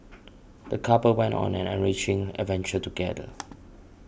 the couple went on an enriching adventure together